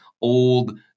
old